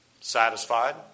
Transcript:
Satisfied